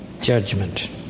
judgment